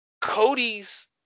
Cody's